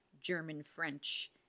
German-French